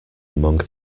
among